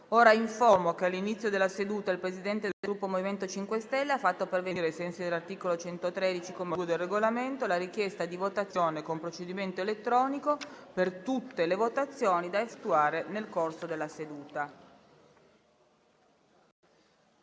l'Assemblea che all'inizio della seduta il Presidente del Gruppo MoVimento 5 Stelle ha fatto pervenire, ai sensi dell'articolo 113, comma 2, del Regolamento, la richiesta di votazione con procedimento elettronico per tutte le votazioni da effettuare nel corso della seduta.